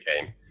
game